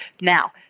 Now